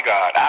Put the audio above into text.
God